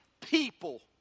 people